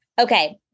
Okay